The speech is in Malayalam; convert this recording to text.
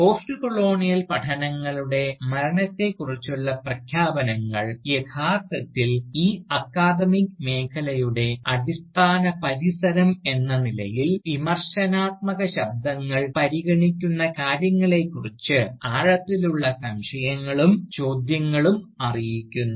പോസ്റ്റ്കൊളോണിയൽ പഠനങ്ങളുടെ മരണത്തെക്കുറിച്ചുള്ള പ്രഖ്യാപനങ്ങൾ യഥാർത്ഥത്തിൽ ഈ അക്കാദമിക് മേഖലയുടെ അടിസ്ഥാന പരിസരം എന്ന നിലയിൽ വിമർശനാത്മക ശബ്ദങ്ങൾ പരിഗണിക്കുന്ന കാര്യങ്ങളെക്കുറിച്ച് ആഴത്തിലുള്ള സംശയങ്ങളും ചോദ്യങ്ങളും അറിയിക്കുന്നു